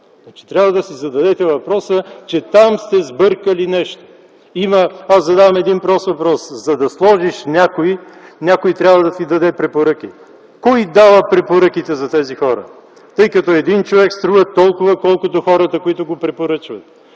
трябва да си зададете въпроса, че там нещо сте сбъркали. Аз задавам един прост въпрос. За да сложиш някой, някой трябва да ти даде препоръки. Кой дава препоръките за тези хора? Тъй като един човек струва толкова, колкото хората го препоръчват.